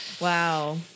Wow